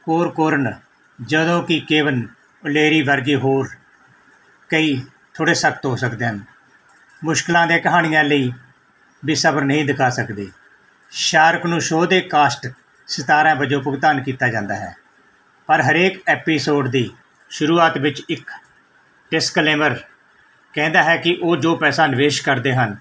Corcoran ਜਦੋਂ ਕਿ Kevin O'Leary ਵਰਗੇ ਹੋਰ ਕਈ ਥੋੜ੍ਹੇ ਸਖਤ ਹੋ ਸਕਦੇ ਹਨ ਮੁਸ਼ਕਿਲਾਂ ਦੀਆਂ ਕਹਾਣੀਆਂ ਲਈ ਵੀ ਸਬਰ ਨਹੀਂ ਦਿਖਾ ਸਕਦੇ ਸ਼ਾਰਕ ਨੂੰ ਸ਼ੋਅ ਦੇ ਕਾਸ਼ਟ ਸਿਤਾਰਿਆਂ ਵਜੋਂ ਭੁਗਤਾਨ ਕੀਤਾ ਜਾਂਦਾ ਹੈ ਪਰ ਹਰੇਕ ਐਪੀਸੋਡ ਦੀ ਸ਼ੁਰੂਆਤ ਵਿੱਚ ਇੱਕ ਡਿਸਕਲੇਮਰ ਕਹਿੰਦਾ ਹੈ ਕਿ ਉਹ ਜੋ ਪੈਸਾ ਨਿਵੇਸ਼ ਕਰਦੇ ਹਨ